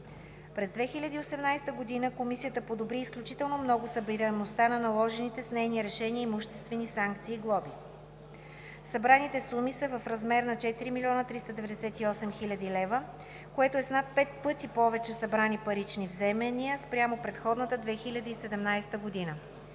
През 2018 г. Комисията подобри изключително много събираемостта на наложените с нейни решения имуществени санкции и глоби. Събраните суми са в размер на 4 млн. 398 хил. лв., което е с над пет пъти повече събрани парични вземания спрямо предходната 2017 г.